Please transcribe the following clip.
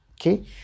okay